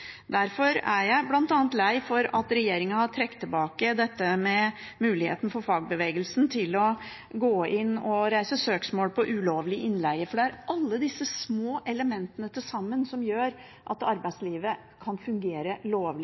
Derfor er jeg bl.a. lei for at regjeringen har trukket tilbake dette med muligheten for fagbevegelsen til å gå inn og reise søksmål på ulovlig innleie, for det er alle disse små elementene som til sammen gjør at arbeidslivet kan fungere lovlig,